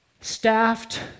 staffed